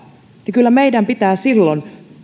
kyllä meidän pitää silloin